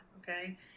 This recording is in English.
Okay